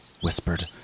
whispered